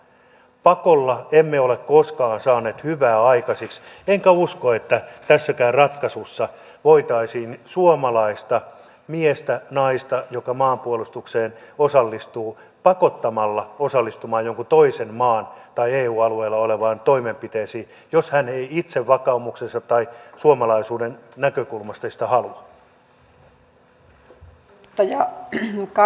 pakolla emme ole koskaan saaneet hyvää aikaiseksi enkä usko että tässäkään ratkaisussa voitaisiin suomalaista miestä naista joka maanpuolustukseen osallistuu pakottaa osallistumaan jonkun toisen maan tai eun alueella oleviin toimenpiteisiin jos hän ei itse vakaumuksensa tai suomalaisuuden näkökulmasta sitä halua